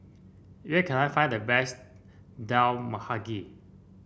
where can I find the best Dal Mahagi